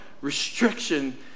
restriction